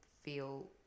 feel